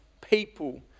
people